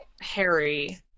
harry